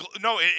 no